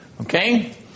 Okay